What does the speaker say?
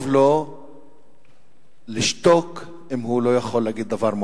טוב לו לשתוק אם הוא לא יכול להגיד דבר מועיל.